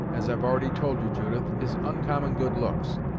as i've already told you, judith, is oncommon good looks,